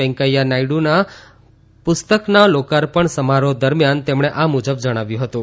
વૈકેંયા નાયડુના પુસ્તકના લોકાર્પણ સમારોહ દરમિયાન તેમણે આ મુજબ જણાવ્યું હતું